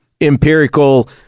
empirical